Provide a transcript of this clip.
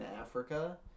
Africa